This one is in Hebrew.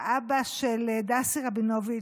אבא של דסי רבינוביץ',